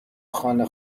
خانه